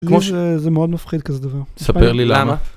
לי זה.. זה מאוד מפחיד כזה דבר. ספר לי למה.